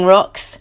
Rocks